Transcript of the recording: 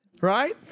Right